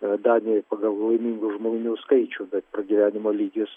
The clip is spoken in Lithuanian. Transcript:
danijai pagal laimingų žmonių skaičių bet pragyvenimo lygis